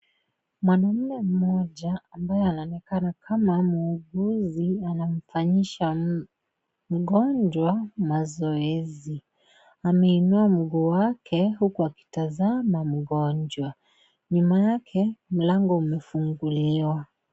Mwanamme mmoja ambaye anaonekana kama muuguzi anamfanyisha mgonjwa mazoezi, ameinua mguu wake huku akitazama mgonjwa, nyuma yake mlango umefunguliwa.